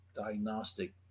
Diagnostic